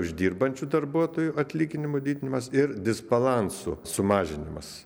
uždirbančių darbuotojų atlyginimų didinimas ir disbalansų sumažinimas